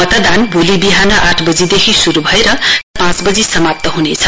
मतदान भोलि विहान आठ बजेदेखि शुरु भएर साँझ पाँच बजी समाप्त हुनेछ